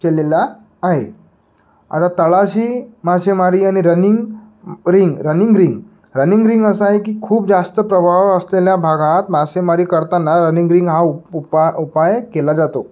केलेला आहे आता तळाशी मासेमारी आणि running ring running ring running ring असा आहे की खूप जास्त प्रभाव असलेल्या भागात मासेमारी करताना रनिंग रिंग हा उप उपा उपाय केला जातो